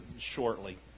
shortly